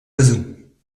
oiseaux